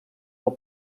del